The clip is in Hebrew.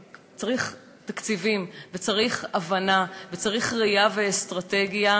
רק צריך תקציבים וצריך הבנה וצריך ראייה ואסטרטגיה.